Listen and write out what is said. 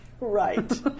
Right